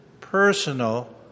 personal